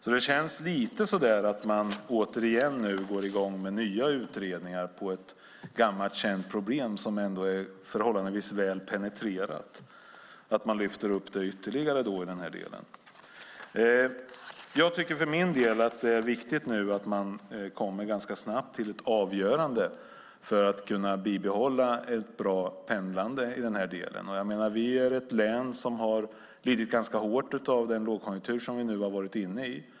Därför känns det lite så där att man återigen går i gång med nya utredningar om ett gammalt känt problem - det är ändå förhållandevis väl penetrerat. Man lyfter upp det ytterligare. Jag tycker för min del att det nu är viktigt att man ganska snabbt kommer till ett avgörande för att kunna bibehålla ett bra pendlande i den här delen. Det handlar om ett län som har lidit ganska hårt av den lågkonjunktur som vi har varit inne i.